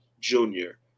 Junior